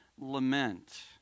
lament